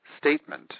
statement